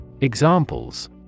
Examples